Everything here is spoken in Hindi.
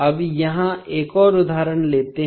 अब हम यहां एक और उदाहरण लेते हैं